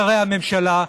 שרי הממשלה,